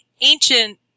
ancient